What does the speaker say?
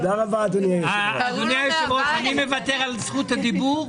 אדוני היושב-ראש, אני מוותר על זכות הדיבור.